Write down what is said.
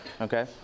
Okay